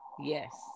Yes